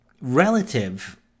relative